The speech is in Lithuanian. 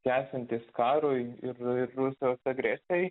tęsiantis karui ir ir rusijos agresijai